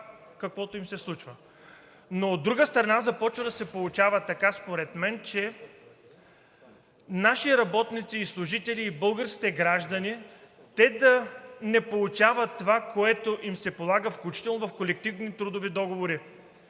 каквото им се случва. Но от друга страна, започва да се получава така, според мен, че наши работници и служители и българските граждани да не получават това, което им се полага, включително в колективни трудови договори.